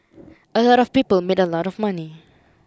a lot of people made a lot of money